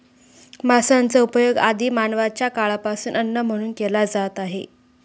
मांसाचा उपयोग आदि मानवाच्या काळापासून अन्न म्हणून केला जात आहे